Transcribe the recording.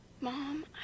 Mom